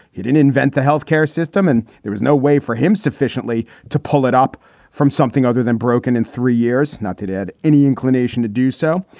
he didn't invent the health care system and there is no way for him sufficiently to pull it up from something other than broken in three years. not that ed any inclination to do so.